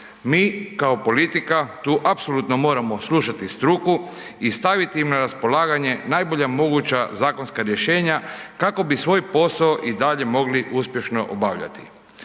Mi kao politika tu apsolutno moramo slušati struku i staviti im na raspolaganje najbolja moguća zakonska rješenja kako bi svoj posao i dalje mogli uspješno obavljati.